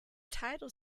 title